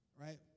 right